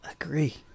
agree